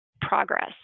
progress